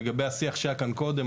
לגבי השיח שהיה כאן קודם,